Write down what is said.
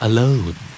Alone